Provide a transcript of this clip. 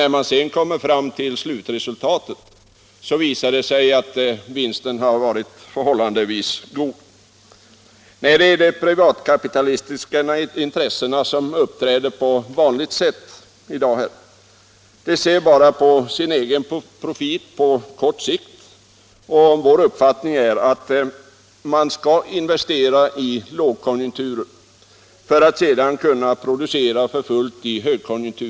När man sedan får se slutresultatet visar det sig ändå att vinsten har varit förhållandevis god. Nej, det är de privatkapitalistiska intressena som i dag uppträder på vanligt sätt. De ser bara till sin egen profit på kort sikt. Vår uppfattning är att man skall investera i lågkonjunktur för att sedan kunna producera för fullt i högkonjunktur.